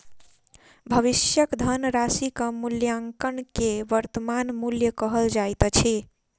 भविष्यक धनराशिक मूल्याङकन के वर्त्तमान मूल्य कहल जाइत अछि